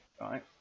Right